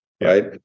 Right